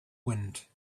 wind